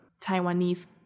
Taiwanese